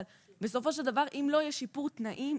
אבל בסופו של דבר אם לא יהיה שיפור תנאים,